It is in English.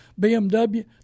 BMW